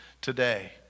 today